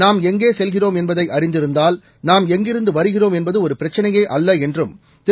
நாம் எங்கே செல்கிறோம் என்பதை அறிந்திருந்தால் நாம் எங்கிருந்து வருகிறோம் என்பது ஒரு பிரச்சினையே அல்ல என்றும் திரு